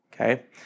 okay